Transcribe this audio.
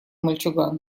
мальчуган